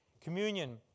communion